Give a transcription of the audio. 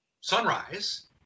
sunrise